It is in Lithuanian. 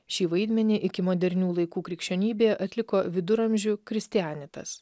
šį vaidmenį iki modernių laikų krikščionybėj atliko viduramžių kristianitas